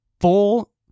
full